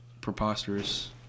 preposterous